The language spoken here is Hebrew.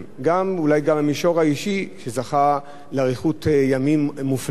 אולי גם במישור האישי, שזכה לאריכות ימים מופלגת